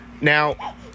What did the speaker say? Now